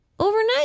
Overnight